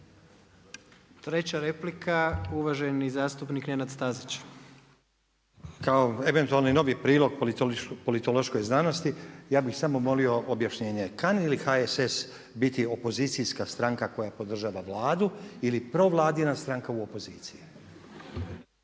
Treća replika uvaženi zastupnik Nenad Stazić. **Stazić, Nenad (SDP)** Kao eventualni novi prilog politološkoj znanosti ja bih samo molio objašnjenje. Kani li HSS biti opozicijska stranka koja podržava Vladu ili provladina stranka u opoziciji?